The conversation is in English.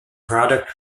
product